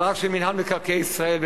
אבל רק של מינהל מקרקעי ישראל,